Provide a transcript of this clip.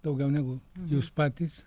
daugiau negu jūs patys